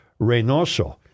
Reynoso